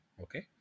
okay